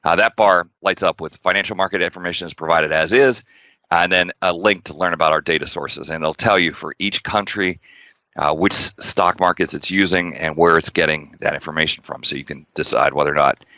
ah that bar lights up with financial market information is provided as is and then, a link to learn about our data sources and they'll tell you for each country which stock markets it's using and where it's getting that information from. so you can decide, whether or not,